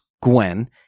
Gwen